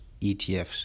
ETFs